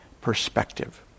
perspective